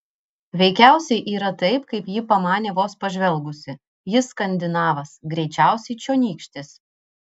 veikiausiai yra taip kaip ji pamanė vos pažvelgusi jis skandinavas greičiausiai čionykštis